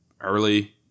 early